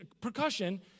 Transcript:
percussion